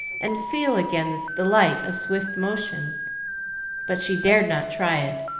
and feel again the delight of swift motion but she dared not try it,